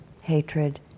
hatred